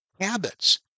habits